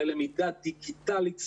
ללמידה דיגיטלית,